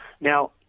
Now